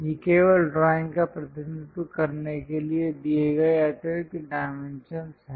ये केवल ड्राइंग का प्रतिनिधित्व करने के लिए दिए गए अतिरिक्त डाइमेंशंस हैं